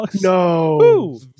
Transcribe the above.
No